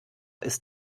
ist